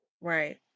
right